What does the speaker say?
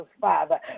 Father